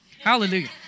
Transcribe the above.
Hallelujah